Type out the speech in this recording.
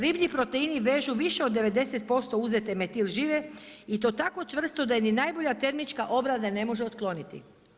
Riblji proteini vežu više od 90% uzete metil žive i to tako čvrsto da je ni najbolja termička obrada ne može otkloniti.